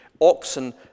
oxen